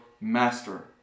master